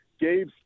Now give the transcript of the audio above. gabe's